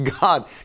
God